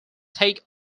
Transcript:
take